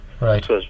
Right